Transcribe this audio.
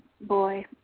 boy